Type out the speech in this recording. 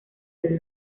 del